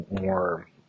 more